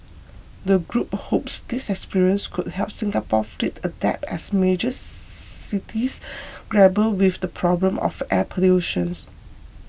the group hopes this experience could help Singapore's fleet adapt as major cities grapple with the problem of air pollutions